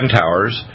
towers